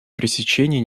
пресечение